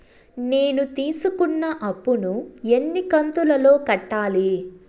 నేను తీసుకున్న అప్పు ను ఎన్ని కంతులలో కట్టాలి?